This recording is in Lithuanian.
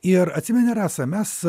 ir atsimeni rasa mes